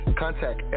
contact